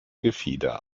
gefieder